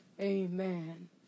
Amen